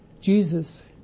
Jesus